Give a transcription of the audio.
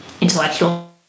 intellectual